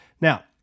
Now